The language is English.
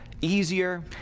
easier